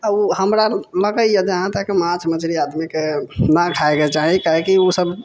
आब ओ हमरा लगैए जहाँतक माछ मछली आदमीके ना खायके चाही काहेकि ओसभ